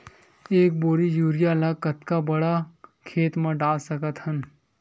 एक बोरी यूरिया ल कतका बड़ा खेत म डाल सकत हन?